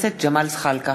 ודב חנין,